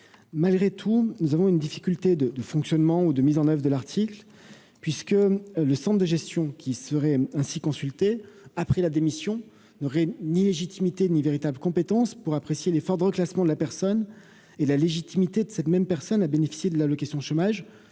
malgré tout, nous avons une difficulté de fonctionnement ou de mise en oeuvre de l'article puisque le Centre de gestion qui seraient ainsi consultés après la démission n'aurait ni légitimité ni véritables compétences pour apprécier l'effort de reclassements de la personne et la légitimité de cette même personne à bénéficier de l'allocation chômage,